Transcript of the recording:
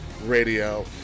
Radio